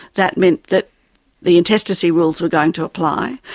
that meant that the intestacy rules were going to apply,